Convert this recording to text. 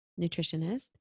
nutritionist